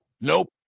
Nope